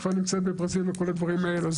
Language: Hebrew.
היא כבר נמצאת בברזיל וכל הדברים האלה.